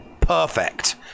perfect